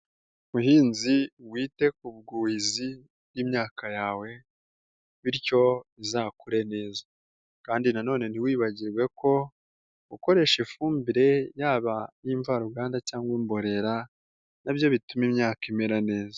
Muhinzi wite ku buzi bwimyaka yawe bityo izakure neza kandi nanone ntiwibagirwe ko ukoresha ifumbire yaba iy'imvaruganda cyangwa imborera nabyo bituma imyaka imera neza.